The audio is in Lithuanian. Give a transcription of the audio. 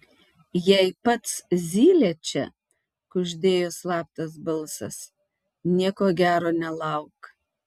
jei pats zylė čia kuždėjo slaptas balsas nieko gero nelauk